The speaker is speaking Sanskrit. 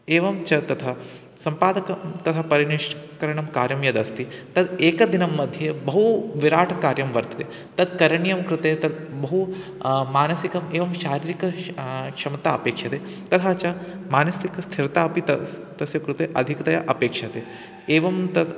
एवं च तथा सम्पादकं तथा परिनिष्करणं कार्यं यदस्ति तद् एकदिनं मध्ये बहु विराट् कार्यं वर्तते तत् करणीयं कृते तत् बहु मानसिकम् एवं शारीरिकः क्षमता अपेक्षते तथा च मानसिकस्थिरता अपि तस्य तस्य कृते अधिकतया अपेक्षते एवं तत्